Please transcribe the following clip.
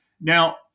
Now